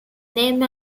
named